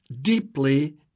deeply